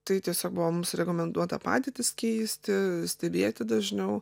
tai tiesiog buvo mums rekomenduota padėtis keisti stebėti dažniau